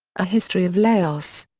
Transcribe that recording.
a history of laos.